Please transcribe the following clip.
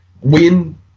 Win